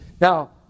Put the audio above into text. Now